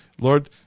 Lord